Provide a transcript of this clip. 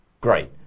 Great